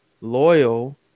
loyal